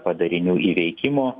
padarinių įveikimo